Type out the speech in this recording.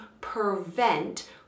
prevent